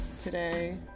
today